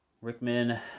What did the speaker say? Rickman